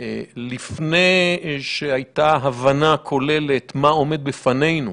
לפני שהייתה הבנה כוללת מה עומד בפנינו,